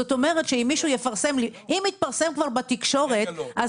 זאת אומרת שאם התפרסם כבר בתקשורת אז